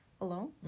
alone